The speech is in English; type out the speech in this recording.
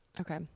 Okay